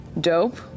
dope